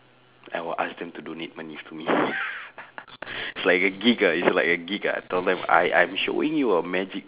I will ask them donate money to me it's like a gig ah it's like a gig ah tell them I I'm showing you a magic